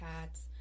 cats